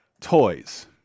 toys